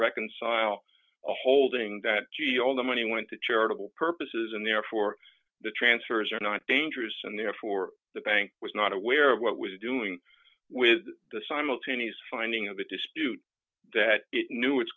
reconcile the holding that gee all the money went to charitable purposes and therefore the transfers are not dangerous and therefore the bank was not aware of what was doing with the simultaneous finding of the dispute that it knew it